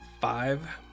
Five